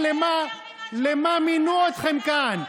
הרי למה מינו אתכם כאן?